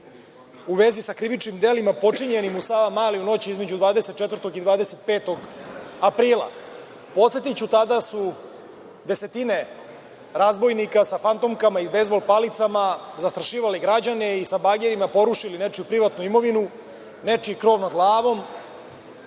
u vezi sa krivičnim delima počinjenim u Savamali u noći između 24. i 25. aprila. Podsetiću, tada su desetine razbojnika sa fantomkama i bejzbol palicama zastrašivali građane i sa bagerima porušili nečiju privatnu imovinu, nečiji krov nad glavom,